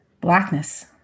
blackness